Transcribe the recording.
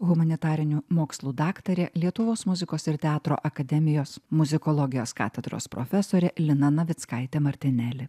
humanitarinių mokslų daktarė lietuvos muzikos ir teatro akademijos muzikologijos katedros profesorė lina navickaitė martineli